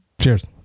Cheers